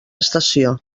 estació